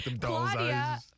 Claudia